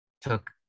took